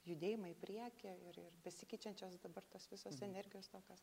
judėjimą į priekį ir ir besikeičiančios dabar tos visos energijos tokios